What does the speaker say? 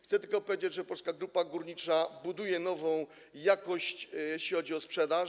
Chcę też powiedzieć, że Polska Grupa Górnicza buduje nową jakość, jeśli chodzi o sprzedaż.